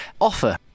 Offer